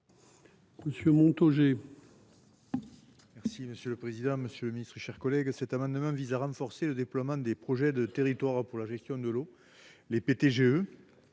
Monsieur Montaugé.